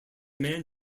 man